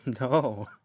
No